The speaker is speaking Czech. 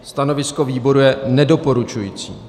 Stanovisko výboru je nedoporučující.